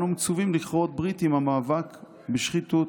אנו מצווים לכרות ברית עם המאבק בשחיתות.